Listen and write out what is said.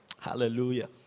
Hallelujah